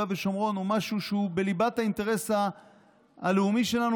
ושומרון הוא משהו בליבת האינטרס הלאומי שלנו,